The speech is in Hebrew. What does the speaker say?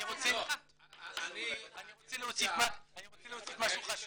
אני רוצה להוסיף משהו חשוב.